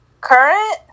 Current